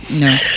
no